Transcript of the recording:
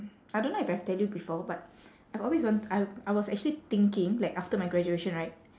I don't know if I've tell you before but I've always want~ I I was actually thinking like after my graduation right